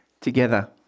together